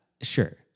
sure